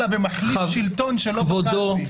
אלא במחליף שלטון שלא משפטי.